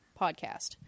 podcast